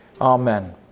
Amen